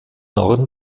norden